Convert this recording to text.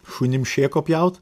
šunim šėko pjaut